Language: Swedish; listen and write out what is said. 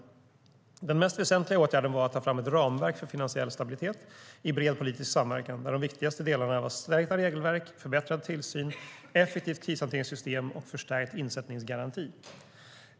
Den mest väsentliga åtgärden var att ta fram ett ramverk för finansiell stabilitet i bred politisk samverkan, där de viktigaste delarna var stärkta regelverk, förbättrad tillsyn, effektivt krishanteringssystem och förstärkt insättningsgaranti.